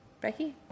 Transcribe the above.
Becky